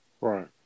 Right